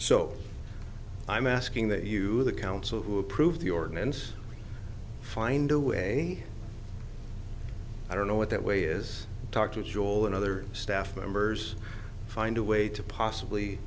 so i'm asking that you the council who approved the ordinance find a way i don't know what that way is talk to join other staff members find a way to possibly